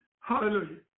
Hallelujah